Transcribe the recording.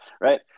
right